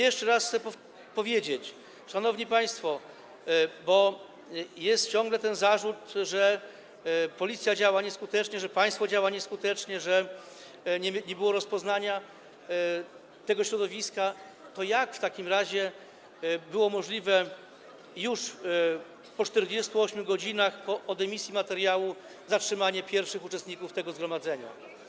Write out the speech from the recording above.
Jeszcze raz chcę powiedzieć, szanowni państwo, zapytać - bo stale stawiany jest zarzut, że policja działa nieskutecznie, że państwo działa nieskutecznie, że nie było rozpoznania tego środowiska - jak w takim razie było możliwe już po 48 godzinach od emisji materiału zatrzymanie pierwszych uczestników tego zgromadzenia?